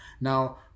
now